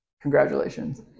Congratulations